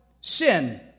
sin